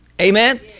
amen